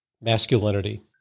masculinity